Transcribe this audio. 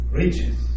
riches